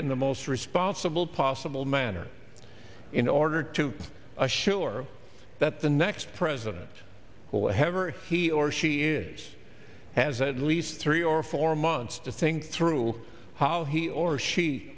in the most responsible possible manner in order to assure that the next president will have or he or she is has at least three or four months to think through how he or she